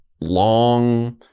long